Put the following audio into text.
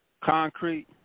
concrete